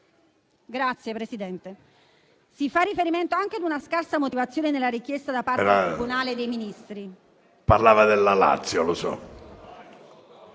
signor Presidente. Si fa riferimento anche a una scarsa motivazione nella richiesta da parte del Tribunale dei Ministri… PRESIDENTE. Parlava della Lazio, lo so.